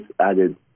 added